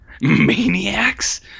Maniacs